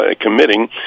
committing